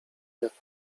jak